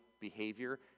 behavior